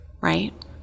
right